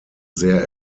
sehr